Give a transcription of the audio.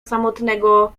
samotnego